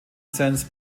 sense